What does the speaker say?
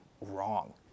wrong